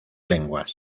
lenguas